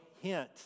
hint